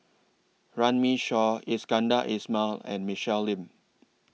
Runme Shaw Iskandar Ismail and Michelle Lim